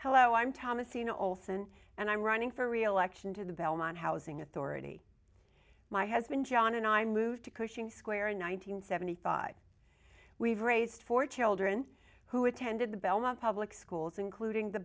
hello i'm thomas ina olson and i'm running for reelection to the belmont housing authority my husband john and i moved to cushing square in one thousand nine hundred and seventy five we've raised four children who attended the belmont public schools including the